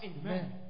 Amen